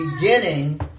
beginning